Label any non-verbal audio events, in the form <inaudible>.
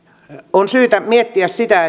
on syytä miettiä sitä <unintelligible>